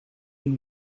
and